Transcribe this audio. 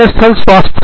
कार्य स्थल स्वास्थ्य